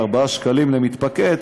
4 שקלים למתפקד,